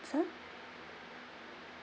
sir